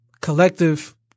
collective